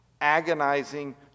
Agonizing